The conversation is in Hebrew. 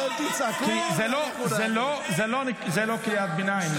הרבצת --- זאת לא קריאת ביניים,